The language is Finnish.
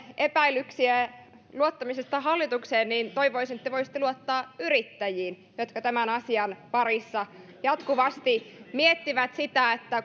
epäilyksiä luottamisesta hallitukseen niin toivoisin että voisitte luottaa yrittäjiin jotka tämän asian parissa ovat ja jatkuvasti miettivät sitä